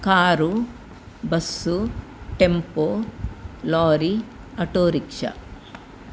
car bus tempo lorry auto rickshaw